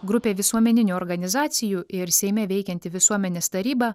grupė visuomeninių organizacijų ir seime veikianti visuomenės taryba